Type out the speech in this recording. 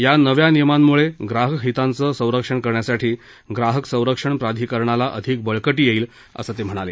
या नव्या नियमामुळे ग्राहक हिताचं संरक्षण करण्यासाठी ग्राहक संरक्षण प्राधिकरणाला अधिक बळकटी येईल असं ते म्हणाले